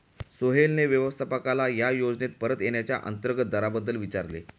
सोहेलने व्यवस्थापकाला या योजनेत परत येण्याच्या अंतर्गत दराबद्दल विचारले